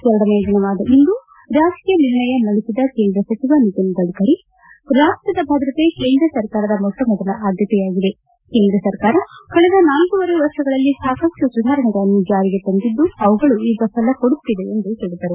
ಎರಡನೇ ದಿನವಾದ ಇಂದು ರಾಜಕೀಯ ನಿರ್ಣಯ ಮಂಡಿಸಿದ ಕೇಂದ್ರ ಸಚಿವ ನಿತಿನ್ ಗಡ್ಕರಿ ರಾಷ್ಟದ ಭದ್ರತೆ ಕೇಂದ್ರ ಸರ್ಕಾರ ಮೊಟ್ಟ ಮೊದಲ ಆದ್ಯತೆಯಾಗಿದೆ ಕೇಂದ್ರ ಸರ್ಕಾರ ಕಳೆದ ನಾಲ್ಕೂವರೆ ವರ್ಷಗಳಲ್ಲಿ ಸಾಕಷ್ಟು ಸುಧಾರಣೆಗಳನ್ನು ಜಾರಿಗ ತಂದಿದು ಅವುಗಳು ಇದೀಗ ಫಲಕೊಡುತ್ತಿವೆ ಎಂದು ಹೇಳಿದರು